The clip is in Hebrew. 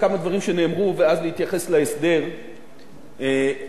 ואז להתייחס להסדר על קצה המזלג.